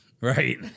Right